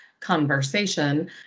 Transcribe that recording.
conversation